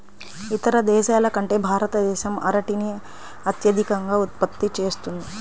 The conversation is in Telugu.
ఇతర దేశాల కంటే భారతదేశం అరటిని అత్యధికంగా ఉత్పత్తి చేస్తుంది